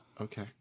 Okay